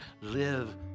live